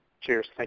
Cheers